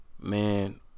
man